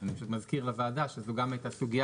אני פשוט מזכיר לוועדה שזו גם הייתה סוגיה